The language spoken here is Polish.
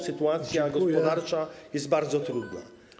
Sytuacja gospodarcza jest bardzo trudna.